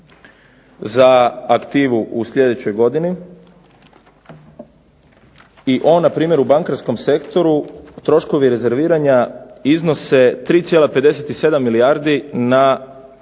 za aktivu u sljedećoj godini i ovo na primjer u bankarskom sektoru troškovi rezerviranja iznose 3,57 milijardi na ukupnu